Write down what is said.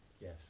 Yes